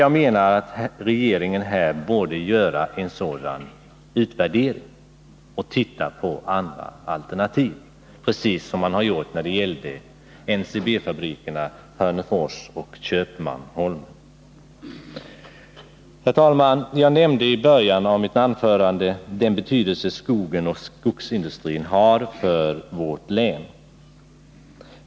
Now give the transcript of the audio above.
Jag menar att regeringen borde göra en sådan utvärdering och se på andra alternativ, precis som man ju har gjort när det gällde NCB-fabrikerna i Hörnefors och Köpmanholmen. Herr talman! Jag nämnde i början av mitt anförande den betydelse skogen och skogsindustrin har för vårt län.